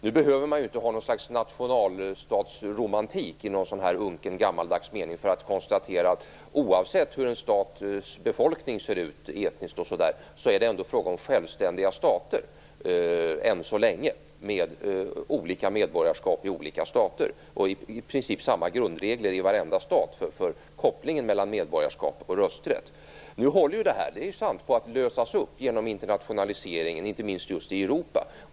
Nu behöver man inte en nationalstatsromantik i någon unken gammaldags mening för att konstatera att det, oavsett hur en stats befolkning ser ut etniskt, än så länge ändå är fråga om självständiga stater med olika medborgarskap. I princip har man samma grundregler i varenda stat för kopplingen mellan medborgarskap och rösträtt. Det är sant att det här nu håller på att lösas upp genom internationaliseringen, inte minst just i Europa.